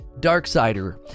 Darksider